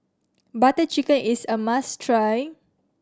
Butter Chicken is a must try